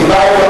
טיבייב,